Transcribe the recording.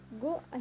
Go